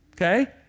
Okay